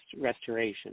restoration